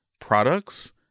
products